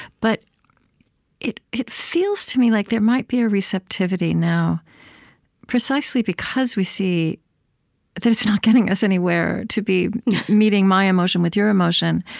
but it it feels to me like there might be a receptivity now precisely because we see that it's not getting us anywhere to be meeting my emotion with your emotion.